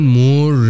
more